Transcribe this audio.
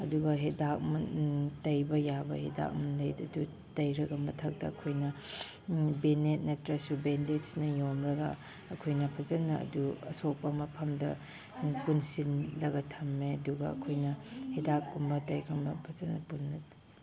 ꯑꯗꯨꯒ ꯍꯤꯗꯥꯛ ꯇꯩꯕ ꯌꯥꯕ ꯍꯤꯗꯥꯛ ꯂꯩꯕꯗꯨ ꯇꯩꯔꯒ ꯃꯊꯛꯇ ꯑꯩꯈꯣꯏꯅ ꯕꯦꯅꯦꯠ ꯅꯠꯇ꯭ꯔꯁꯨ ꯕꯦꯟꯗꯦꯁꯅ ꯌꯣꯝꯂꯒ ꯑꯩꯈꯣꯏꯅ ꯐꯖꯅ ꯑꯗꯨ ꯑꯁꯣꯛꯄ ꯃꯐꯝꯗ ꯄꯨꯟꯁꯤꯜꯂꯒ ꯊꯝꯃꯦ ꯑꯗꯨꯒ ꯑꯩꯈꯣꯏꯅ ꯍꯤꯗꯥꯛꯀꯨꯝꯕ ꯇꯩꯔꯒ ꯐꯖꯅ ꯄꯨꯜꯂꯦ